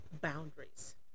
boundaries